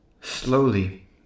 Slowly